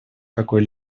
какой